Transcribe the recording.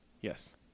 Yes